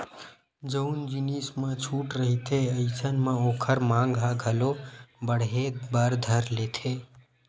जउन जिनिस म छूट रहिथे अइसन म ओखर मांग ह घलो बड़हे बर धर लेथे